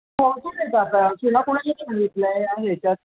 पोहचू दे गं आता तुला कोणाशी सांगितलं आहे या याच्यात